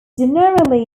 generally